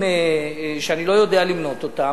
מקרים שאני לא יודע למנות אותם,